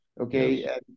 Okay